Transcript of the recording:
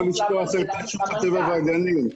אל תשכח את רשות הטבע והגנים.